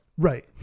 Right